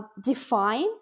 define